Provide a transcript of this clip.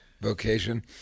vocation